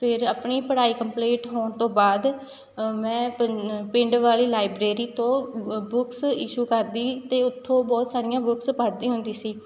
ਫਿਰ ਆਪਣੀ ਪੜ੍ਹਾਈ ਕੰਪਲੀਟ ਹੋਣ ਤੋਂ ਬਾਅਦ ਮੈਂ ਪਿੰਨ ਪਿੰਡ ਵਾਲੀ ਲਾਈਬ੍ਰੇਰੀ ਤੋਂ ਬੁੱਕਸ ਇਸ਼ੂ ਕਰਦੀ ਅਤੇ ਉੱਥੋਂ ਬਹੁਤ ਸਾਰੀਆਂ ਬੁੱਕਸ ਪੜ੍ਹਦੀ ਹੁੰਦੀ ਸੀ